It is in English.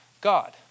God